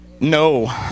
No